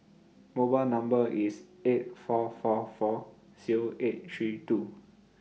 mobile Number IS eight four four four Zero eight three two